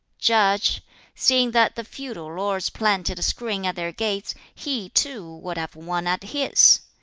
judge seeing that the feudal lords planted a screen at their gates, he too would have one at his!